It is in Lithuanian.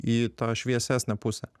į tą šviesesnę pusę